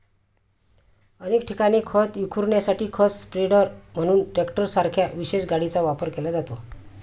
अनेक ठिकाणी खत विखुरण्यासाठी खत स्प्रेडर म्हणून ट्रॅक्टरसारख्या विशेष गाडीचा वापर केला जातो